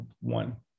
one